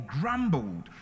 grumbled